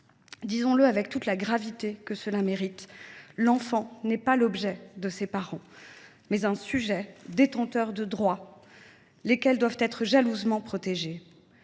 Disons le avec toute la gravité que le sujet mérite : l’enfant n’est pas l’objet de ses parents, mais un sujet, détenteur de droits, lesquels doivent être jalousement protégés.